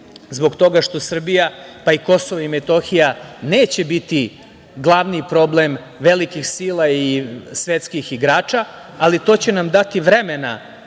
zbog toga što Srbija, pa i KiM, neće biti glavni problem velikih sila i svetskih igrača, ali to će nam dati vremena